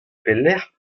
pelecʼh